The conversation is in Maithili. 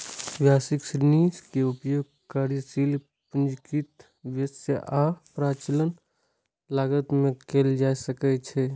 व्यवसायिक ऋण के उपयोग कार्यशील पूंजीगत व्यय आ परिचालन लागत मे कैल जा सकैछ